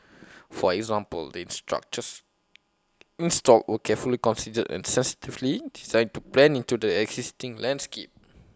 for example the structures installed were carefully considered and sensitively designed to blend into the existing landscape